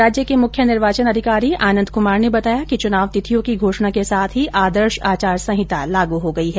राज्य के मुख्य निर्वाचन अधिकारी आनन्द कुमार ने बताया कि चुनाव तिथियों की घोषणा के साथ ही आदर्श आचार संहिता लागू हो गयी है